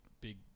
big